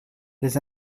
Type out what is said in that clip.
les